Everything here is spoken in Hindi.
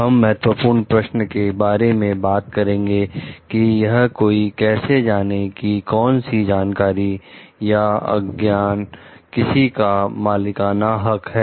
हम महत्वपूर्ण प्रश्न के बारे में बात करेंगे कि यह कोई कैसे जाने की कौन सी जानकारी या ज्ञान किसी का मालिकाना हक है